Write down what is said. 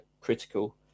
critical